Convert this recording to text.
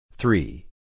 Three